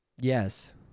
Yes